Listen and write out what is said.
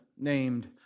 named